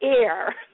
air